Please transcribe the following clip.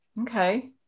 Okay